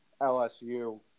LSU